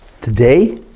Today